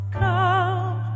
come